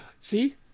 See